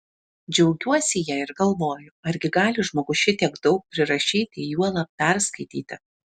džiaugiuosi ja ir galvoju argi gali žmogus šitiek daug prirašyti juolab perskaityti